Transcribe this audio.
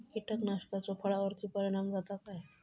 कीटकनाशकाचो फळावर्ती परिणाम जाता काय?